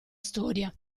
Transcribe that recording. storia